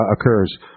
occurs